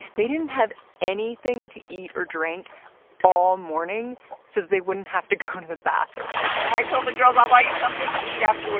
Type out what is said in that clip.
they didn't have anything to eat or drink all morning so they wouldn't have to go to the bathroom i told the girls, i'll buy you something to eat after we're